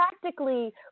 practically